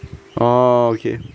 oh okay